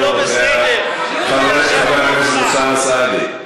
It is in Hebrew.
יהודה, זה לא בסדר, חבר הכנסת אוסאמה סעדי,